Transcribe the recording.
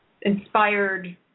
inspired